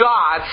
God